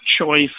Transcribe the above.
choice